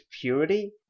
purity